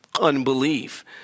unbelief